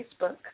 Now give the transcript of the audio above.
Facebook